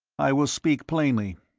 i will speak plainly.